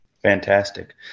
Fantastic